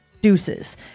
deuces